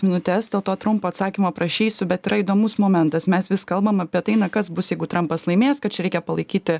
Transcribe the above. minutes dėl to trumpo atsakymo prašysiu bet yra įdomus momentas mes vis kalbam apie tai na kas bus jeigu trampas laimės kad čia reikia palaikyti